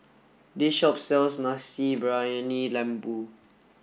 this shop sells Nasi Briyani Lembu